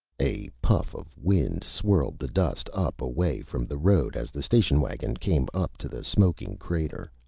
a puff of wind swirled the dust up away from the road as the station wagon came up to the smoking crater.